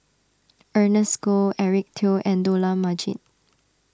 Ernest Goh Eric Teo and Dollah Majid